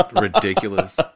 ridiculous